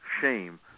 shame